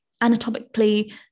anatomically